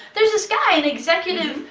there s this guy, an executive,